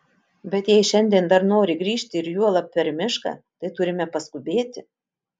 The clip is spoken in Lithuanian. bet jei šiandien dar nori grįžti ir juolab per mišką tai turime paskubėti